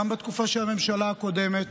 גם בתקופה של הממשלה הקודמת,